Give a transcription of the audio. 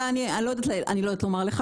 אני לא יודעת לומר לך.